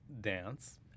Dance